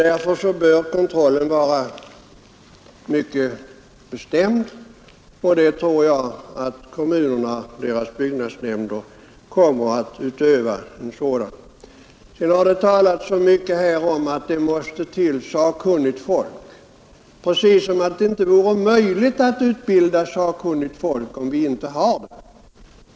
Därför måste kontrollen vara mycket sträng, och jag tror som sagt att kommunernas byggnadsnämnder kommer att utöva just en sådan kontroll. Vidare har det talats mycket om att kontrollen fordrar mycket sakkunnigt folk — precis som om det inte vore möjligt att utbilda sakkunnigt folk, om det inte redan finns!